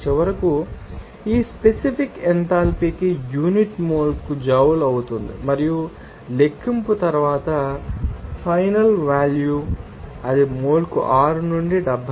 చివరకు ఈ స్పెసిఫిక్ ఎంథాల్పీకి యూనిట్ మోల్కు జౌల్ అవుతుంది మరియు లెక్కింపు తర్వాత ఫైనల్ వాల్యూ అది మోల్కు 6 నుండి 72